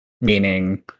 meaning